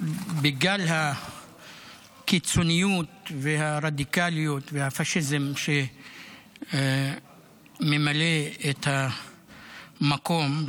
בגל הקיצוניות והרדיקליות והפשיזם שממלא את המקום,